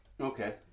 Okay